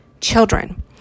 children